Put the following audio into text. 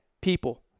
people